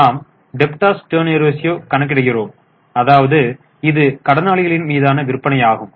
நாம் debtors turn over ரேஸியோவை கணக்கிடுகிறோம் அதாவது இது கடனாளிகளின் மீதான விற்பனையாகும்